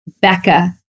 Becca